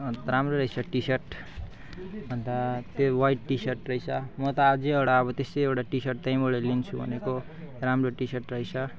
अन्त राम्रो रहेछ टिसर्ट अन्त त्यो वाइट टिसर्ट रहेछ म त अझै एउटा अब त्यस्तै एउटा टिसर्ट त्यहीँबाट लिन्छु भनेको राम्रो टिसर्ट रहेछ